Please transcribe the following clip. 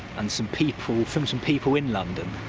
and some people film some people in london.